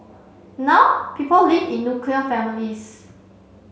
now people live in nuclear families